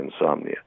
insomnia